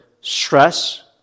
stress